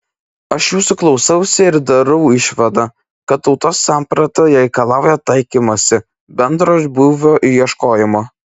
aš jūsų klausausi ir darau išvadą kad tautos samprata reikalauja taikymosi bendro būvio ieškojimo